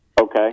Okay